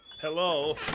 Hello